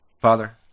Father